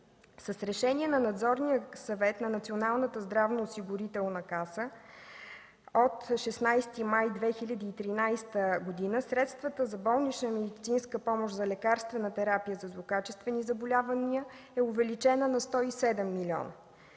С Решение на Надзорния съвет на Националната здравноосигурителна каса от 16 май 2013 г. средствата за болнична медицинска помощ за лекарствена терапия за злокачествени заболявания е увеличена на 107 млн.